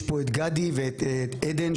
יש פה את גדי ואת עדן,